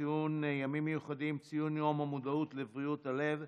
ציון ימים מיוחדים, ציון יום המודעות לבריאות הלב,